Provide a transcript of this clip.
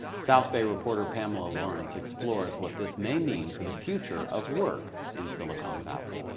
south bay reporter pamela laurence explores what this may mean for the future of work in silicon valley.